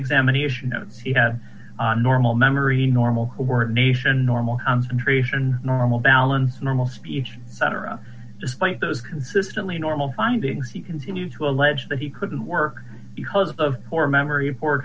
examination notes he had on normal memory normal coordination normal concentration normal balance normal speech cetera despite those consistently normal findings he continued to allege that he couldn't work because of poor memory